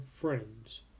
friends